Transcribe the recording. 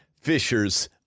fishers